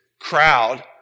crowd